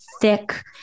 thick